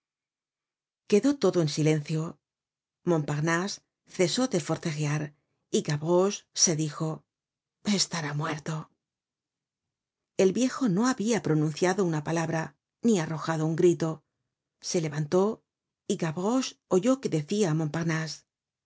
quedó todo en silencio montparnase cesó de forjear y gravoche se dijo estará muerto el viejo no habia pronunciado una palabra ni arrojado un grito se levantó y gavroche oyó que decia á montparnase